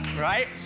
right